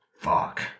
Fuck